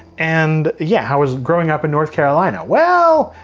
and yeah, how was growing up in north carolina? well,